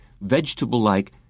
Vegetable-like